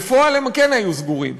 בפועל הם כן היו סגורים,